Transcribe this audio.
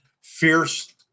fierce